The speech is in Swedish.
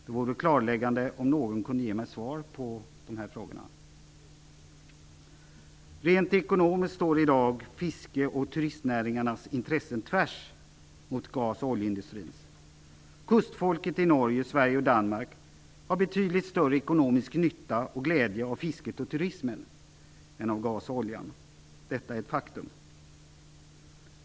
Det vore klarläggande om någon kunde ge mig svar på frågan. Rent ekonomiskt står i dag fiske och turistnäringarnas intressen tvärt emot gas och oljeindustrins. Kustfolket i Norge, Sverige och Danmark har betydligt större ekonomisk nytta och glädje av fisket och turismen än av gasen och oljan. Detta är ett faktum.